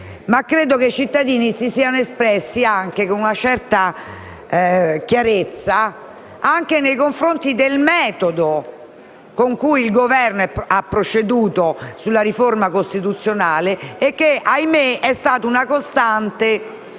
però che i cittadini si siano espressi (e con una certa chiarezza) anche nei confronti del metodo con cui il Governo ha proceduto sulla riforma costituzionale e che, ahimè, è stato una costante